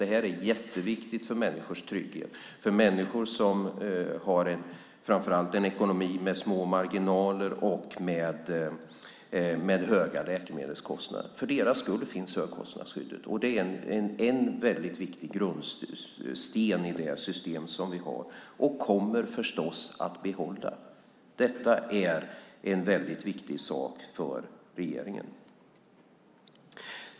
Det är jätteviktigt för människors trygghet, framför allt för människor som har en ekonomi med små marginaler och med höga läkemedelskostnader. För deras skull finns högkostnadsskyddet. Det är en väldigt viktig grundsten i det system vi har och förstås kommer att behålla. Detta är en väldigt viktig sak för regeringen.